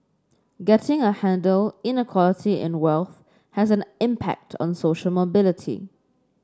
getting a handle Inequality in wealth has an impact on social mobility